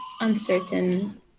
uncertain